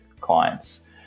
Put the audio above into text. clients